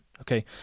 okay